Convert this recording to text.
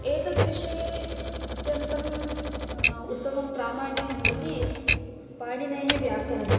एतद्विषये अत्यन्तम् उत्तमं प्रामाण्यं भवति पाणिनेः व्याकरणम्